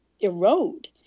erode